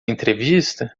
entrevista